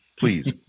please